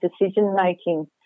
decision-making